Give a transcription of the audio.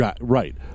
Right